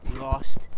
Lost